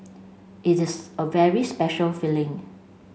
it is a very special feeling